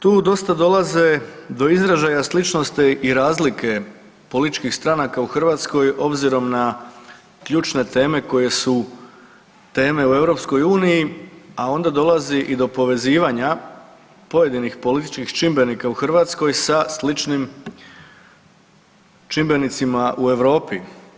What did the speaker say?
Tu dosta dolaze do izražaja sličnosti i razlike političkih stranaka u Hrvatskoj s obzirom na ključne teme koje su teme u Europskoj uniji, a onda dolazi i do povezivanja pojedinih političkih čimbenika u Hrvatskoj sa sličnim čimbenicima u Europi.